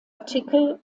artikel